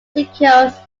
secures